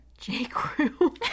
J-Crew